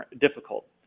difficult